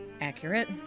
Accurate